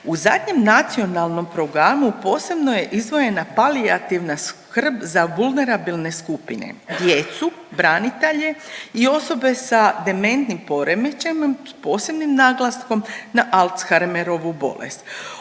U zadnjem Nacionalnom programu posebno je izdvojena palijativna skrb za vulnerabilne skupine djecu, branitelje i osobe sa dementnim poremećajima s posebnim naglaskom na Alzheimerovu bolest.